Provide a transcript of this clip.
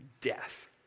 death